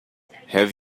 have